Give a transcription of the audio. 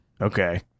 Okay